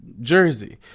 Jersey